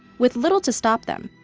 with little to stop them,